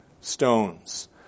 stones